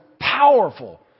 powerful